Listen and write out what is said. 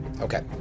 Okay